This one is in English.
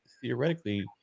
theoretically